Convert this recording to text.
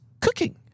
cooking